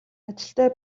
ажилтай